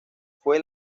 fue